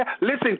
listen